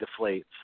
deflates